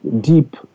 deep